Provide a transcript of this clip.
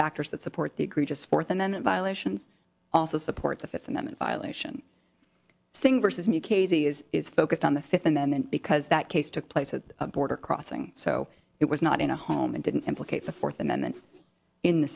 factors that support the egregious fourth and then violations also support the fifth amendment violation saying vs new cases is focused on the fifth amendment because that case took place at a border crossing so it was not in a home and didn't implicate the fourth amendment in the